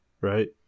Right